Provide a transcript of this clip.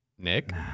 Nick